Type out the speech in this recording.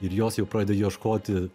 ir jos jau pradeda ieškoti